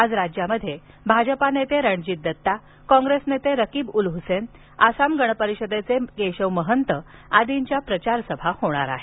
आज राज्यात भाजपा नेते रणजीत दत्ता काँग्रेस नेते रकीब उल हुसेन आसाम गण परिषदेचे केशव महंत आदीच्या प्रचारसभा होणार आहेत